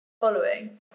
following